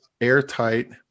airtight